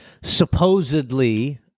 supposedly